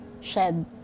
shed